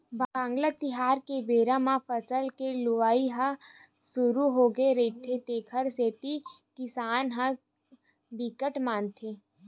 वांगला तिहार के बेरा म फसल के लुवई ह सुरू होगे रहिथे तेखर सेती किसान ह बिकट मानथे